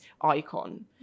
icon